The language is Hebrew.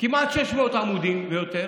כמעט 600 עמודים ויותר.